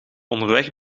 onderweg